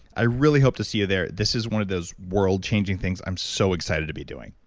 i really hope to see you there. this is one of those world-changing things i'm so excited to be doing